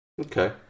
okay